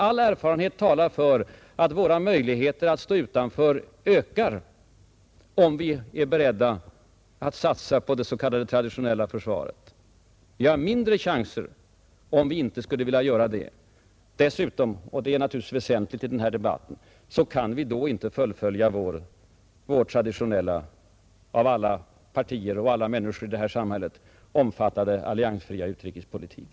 All erfarenhet talar för att våra möjligheter att stå utanför krig ökar, om vi är beredda att satsa på det s.k. konventionella försvaret. Vi har mindre chanser, om vi inte vill göra det. Dessutom, och det är naturligtvis väsentligt i denna debatt, kan vi inte då fullfölja vår traditionella och av alla partier och människor i vårt samhälle omfattade alliansfria utrikespolitik.